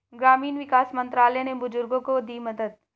ग्रामीण विकास मंत्रालय ने बुजुर्गों को दी मदद